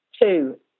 Two